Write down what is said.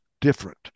different